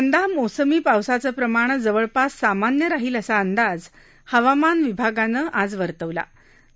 यंदा मोसमी पावसाचं प्रमाण जवळपास सामान्य राहील असा अंदाज हवामान विभागानं आज वर्तवला आहे